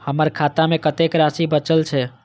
हमर खाता में कतेक राशि बचल छे?